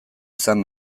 izan